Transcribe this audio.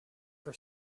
for